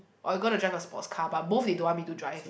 or you gonna drive a sports car but both they don't want me to drive